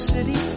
City